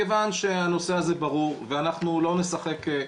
מכיוון שהנושא הזה ברור ואנחנו לא נשחק,